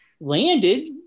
landed